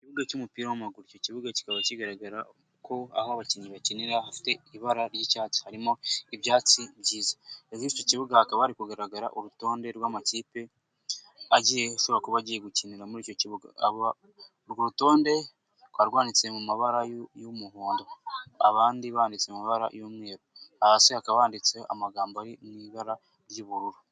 Ikibuga cy'umupira w'amaguru icyo kibuga kikaba kigaragara ko aho abakinnyi bakinira hafite ibara ry'icyatsi harimo ibyatsi icyo kibuga akaba ari kugaragara urutonde rw'amakipe agiye ashobora kuba agiye gukinira muri icyo kibuga urwo rutonde rukaba rwanditse mu mabara y'umuhondo abandi banditse mu mabara y'umweru hasi hakaba handitse amagambo ari mu ibara ry'ubururu.